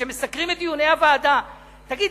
שמסקרים את דיוני הוועדה: תגיד,